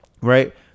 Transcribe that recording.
Right